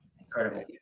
Incredible